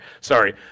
sorry